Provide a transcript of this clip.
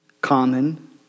Common